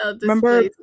Remember